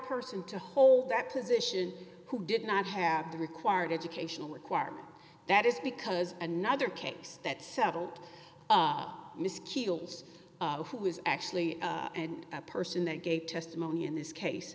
person to hold that position who did not have the required educational requirements that is because another case that settled miss keels who is actually a person that gave testimony in this case